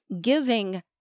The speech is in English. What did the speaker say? giving